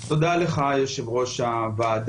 תודה לך, יושב ראש הוועדה.